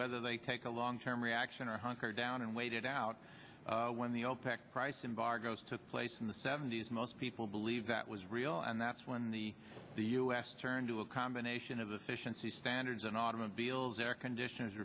whether they take a long term reaction or hunker down and wait it out when the opec price embargoes took place in the seventy's most people believe that was real and that's when the the u s turned to a combination of the fish and sea standards and automobiles air conditioners